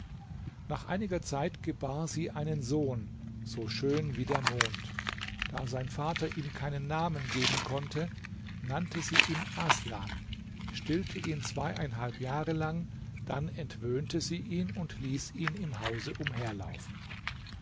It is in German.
nach einiger zeit gebar sie einen sohn so schön wie der mond da sein vater ihm keinen namen geben konnte nannte sie ihn aßlan stillte ihn zweieinhalb jahre lang dann entwöhnte sie ihn und ließ ihn im hause umherlaufen